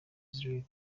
league